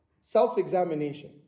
self-examination